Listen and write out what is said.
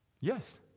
Yes